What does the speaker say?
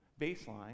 baseline